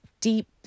deep